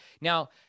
Now